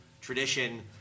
tradition